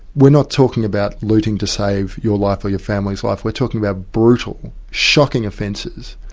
we're not talking about looting to save your life or your family's life, we're talking about brutal, shocking offences,